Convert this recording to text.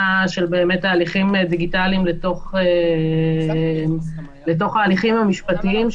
של באמת הליכים דיגיטליים לתוך ההליכים המשפטיים,